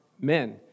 men